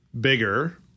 bigger